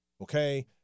Okay